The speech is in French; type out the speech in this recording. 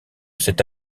cette